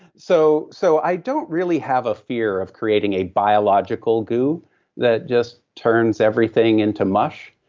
so so i don't really have a fear of creating a biological goo that just turns everything into mush.